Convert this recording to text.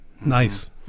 nice